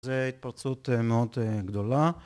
זו התפרצות מאוד גדולה